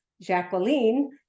Jacqueline